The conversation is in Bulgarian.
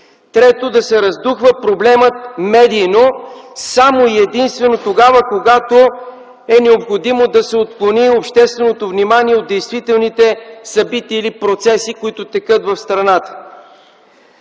Трето, да се раздухва проблемът медийно, само и единствено тогава, когато е необходимо да се отклони общественото внимание от действителните събития или процеси, които текат в страната.